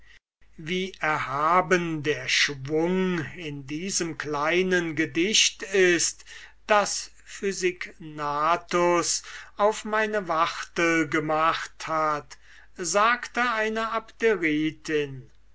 wie erhaben der schwung in diesem kleinen gedicht ist das physignatus auf meine wachtel gemacht hat sagte eine